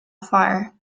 fire